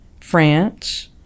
France